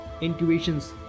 intuitions